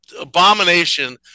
abomination